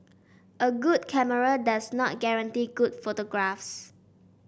a good camera does not guarantee good photographs